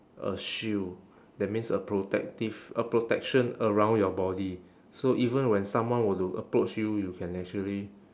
a shield that means a protective a protection around your body so even when someone were to approach you you can actually